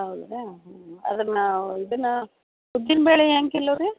ಹೌದ್ರಾ ಹ್ಞೂ ಆದರೆ ನಾವು ಇದನ್ನ ಉದ್ದಿನಬೇಳೆ ಹೆಂಗ್ ಕಿಲೋ ರೀ